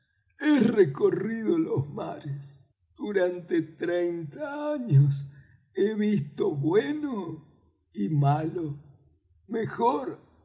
he recorrido los mares durante treinta años he visto bueno y malo mejor